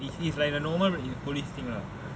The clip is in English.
it is like the normal police thing lah